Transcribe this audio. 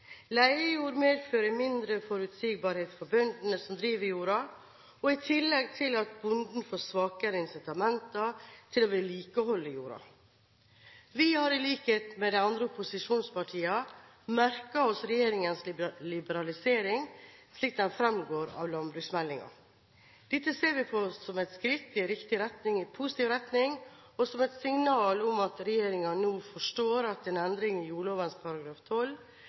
medfører mindre forutsigbarhet for bøndene som driver jorda, i tillegg til at bonden får svakere incitamenter til å vedlikeholde jorda. Vi har, i likhet med de andre opposisjonspartiene, merket oss regjeringens liberalisering slik den framgår av landbruksmeldingen. Dette ser vi på som et skritt i riktig – positiv – retning og som et signal om at regjeringen nå forstår at en endring i